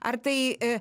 ar tai